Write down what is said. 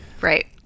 Right